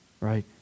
right